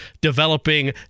developing